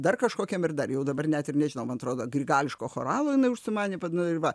dar kažkokiam ir dar jau dabar net ir nežinau man atrodo grigališko choralo jinai užsimanė nu ir va